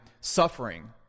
suffering